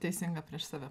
teisinga prieš save